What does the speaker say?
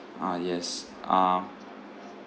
ah yes uh